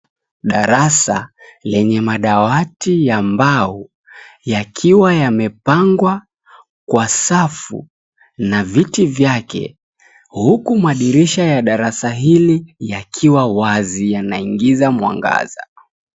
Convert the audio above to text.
Darasa lenye madawati ya mbao yakiwa yamepangwa kwa safu na viti vyake, huku madirisha ya darasa hili yakiwa wazi yanaingiza mwangaza.